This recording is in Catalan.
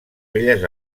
belles